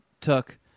took